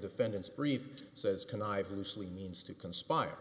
defendant's brief says connive loosely means to conspire